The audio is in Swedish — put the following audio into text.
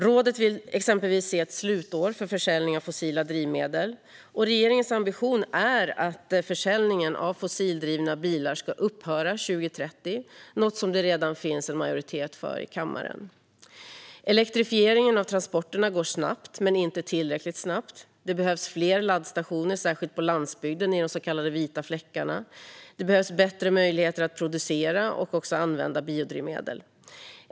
Rådet vill exempelvis se ett slutår för försäljning av fossila drivmedel. Och regeringens ambition är att försäljningen av fossildrivna bilar ska upphöra 2030 - det är något som det redan finns en majoritet för i kammaren. Elektrifieringen av transporterna går snabbt men inte tillräckligt snabbt. Det behövs fler laddstationer, särskilt på landsbygden i de så kallade vita fläckarna. Det behövs bättre möjligheter att producera och också använda biodrivmedel.